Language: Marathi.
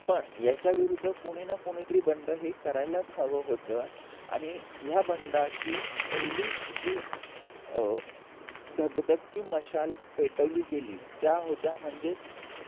पण याच्याविरुद्ध कोणी ना कुणीतरी बंड हे करायलाच हवं होतं आणि ह्या बंडाची पहिली जी धगधगती मशाल पेटवली गेली त्या होत्या म्हणजेच